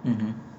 mmhmm